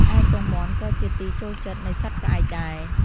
ឯពងមាន់ក៏ជាទីចូលចិត្តនៃសត្វក្អែកដែរ ។